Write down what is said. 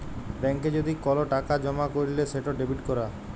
ব্যাংকে যদি কল টাকা জমা ক্যইরলে সেট ডেবিট ক্যরা